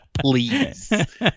please